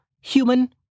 human